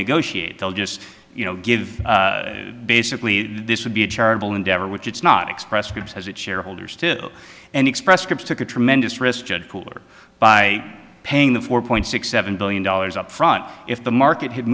negotiate they'll just you know give basically this would be a charitable endeavor which it's not express scripts has its shareholders still and express scripts took a tremendous risk judged cooler by paying the four point six seven billion dollars up front if the market had